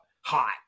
hot